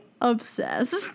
obsessed